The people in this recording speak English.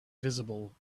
visible